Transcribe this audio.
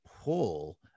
pull